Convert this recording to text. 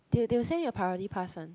they they will send you a priority pass one